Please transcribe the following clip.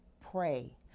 pray